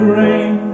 rain